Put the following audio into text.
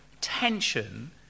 tension